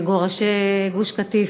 מגורשי גוש-קטיף,